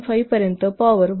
5 पर्यंत पॉवर 1